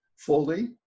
fully